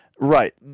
Right